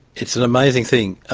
it's an amazing thing,